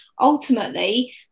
ultimately